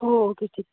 okay ٹھیٖک